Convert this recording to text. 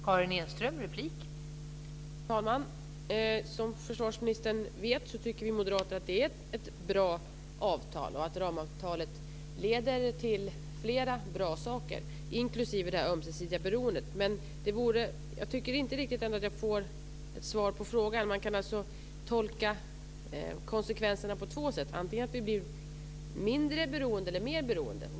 Fru talman! Som försvarsministern vet tycker vi moderater att det är ett bra avtal och att ramavtalet leder till flera bra saker, inklusive det ömsesidiga beroendet. Men jag tycker ändå inte riktigt att jag får ett svar på frågan. Man kan tolka konsekvenserna på två sätt, antingen att vi blir mindre beroende eller att vi blir mer beroende.